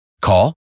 Call